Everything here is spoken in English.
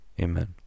Amen